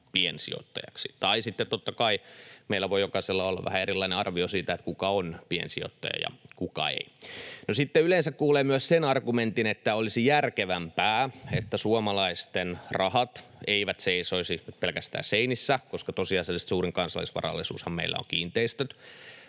piensijoittajiksi. Tai sitten, totta kai, meillä voi jokaisella olla vähän erilainen arvio siitä, kuka on piensijoittaja ja kuka ei. No, sitten yleensä kuulee myös sen argumentin, että olisi järkevämpää, että suomalaisten rahat eivät seisoisi pelkästään seinissä — koska tosiasiallisesti suurin kansalaisvarallisuushan meillä on kiinteistöt